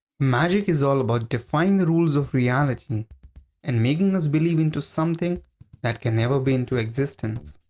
magic is all about defying the rules of reality and making us believe into something that can never be into existence.